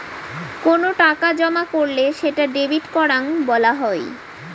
কোনো টাকা জমা করলে সেটা ডেবিট করাং বলা হই